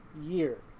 year